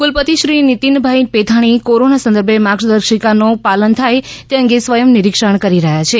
કુલપતિશ્રી Nitinbhai Pethani corona સંદર્ભે માર્ગદર્શિકાનો પાલન થાય તે અંગે સ્વયં નિરીક્ષણ કરી રહ્યા છે